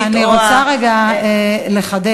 אני רוצה רגע לחדד,